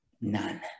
None